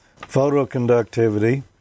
photoconductivity